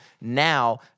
now